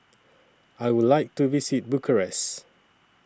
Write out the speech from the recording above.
I Would like to visit Bucharest